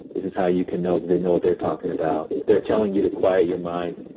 this is how you can know that they know what they're talking about. they're telling you to quiet your mind,